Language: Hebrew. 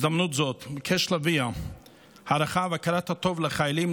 בהזדמנות הזאת אני מבקש להביע הערכה והכרת הטוב לחיילים,